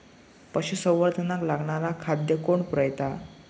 पशुसंवर्धनाक लागणारा खादय कोण पुरयता?